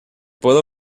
puede